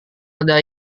ada